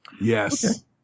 Yes